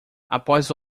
após